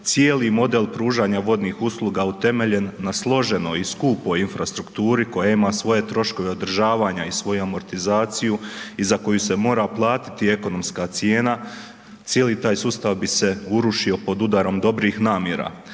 cijeli model pružanja vodnih usluga utemeljen na složenoj i skupoj infrastrukturi koja ima svoje troškove održavanja i svoju amortizaciju i za koju se mora platiti ekonomska cijena, cijeli taj sustav bi se urušio pod udarom dobrih namjera.